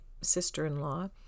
sister-in-law